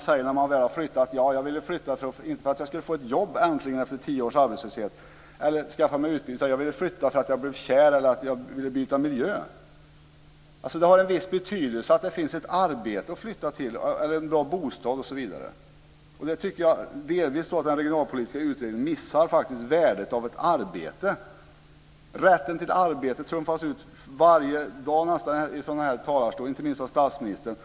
När man väl har flyttat säger man att man ville flytta, inte för att äntligen få ett jobb efter tio års arbetslöshet eller för att skaffa sig utbildning utan för att man blev kär eller för att man ville byta miljö. Det har alltså en viss betydelse att det finns ett arbete, en bra bostad osv. att flytta till. Jag tycker att den regionalpolitiska utredningen delvis missar värdet av ett arbete. Rätten till ett arbete trumfas nästan varje dag ut från den här talarstolen, inte minst av statsministern.